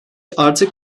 artık